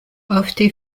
ofte